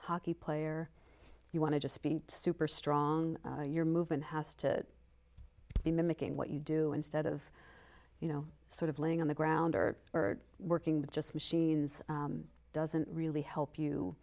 hockey player you want to just be super strong your movement has to be mimicking what you do instead of you know sort of laying on the ground or or working with just machines doesn't really help you